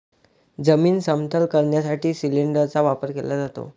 जमीन समतल करण्यासाठी सिलिंडरचा वापर केला जातो